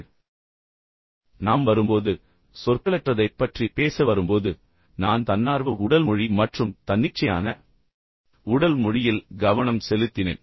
மேலும் நாம் வரும்போது சொற்களற்றதைப் பற்றி பேச வரும்போது நான் தன்னார்வ உடல் மொழி மற்றும் தன்னிச்சையான உடல் மொழியில் கவனம் செலுத்தினேன்